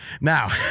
Now